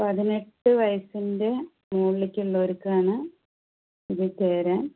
പതിനെട്ട് വയസ്സിൻ്റെ മുകളിലേക്ക് ഉള്ളവർക്കാണ് ഇത് ചേരാൻ